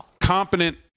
competent